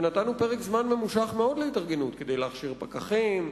ונתנו פרק זמן ממושך מאוד להתארגנות כדי להכשיר פקחים,